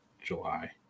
July